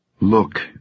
Look